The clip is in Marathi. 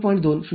२ 0